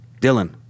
Dylan